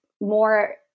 more